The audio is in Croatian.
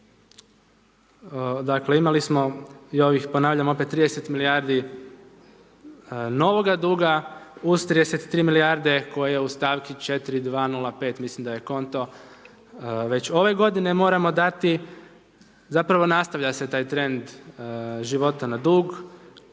dakle imali i ovih, ponavljam opet, 30 milijardi novoga duga uz 33 milijarde koje u stavci 4205 mislim da je konto već ove godine moramo dati, zapravo nastavlja se taj trend života na dug.